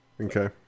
Okay